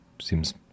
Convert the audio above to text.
Seems